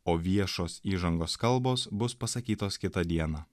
o viešos įžangos kalbos bus pasakytos kitą dieną